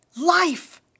life